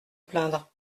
plaindre